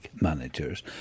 managers